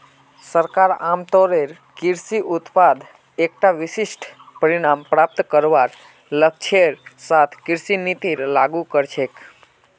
सरकार आमतौरेर कृषि उत्पादत एकता विशिष्ट परिणाम प्राप्त करवार लक्ष्येर साथ कृषि नीतिर लागू कर छेक